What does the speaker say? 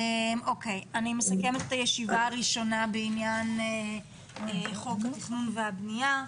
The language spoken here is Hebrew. אני מסכמת את הישיבה הראשונה בעניין חוק התכנון והבנייה.